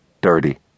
dirty